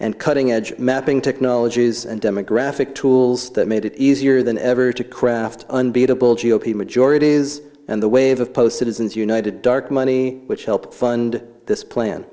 and cutting edge mapping technologies and demographic tools that made it easier than ever to craft an unbeatable g o p majority is and the wave of post citizens united dark money which helped fund this plan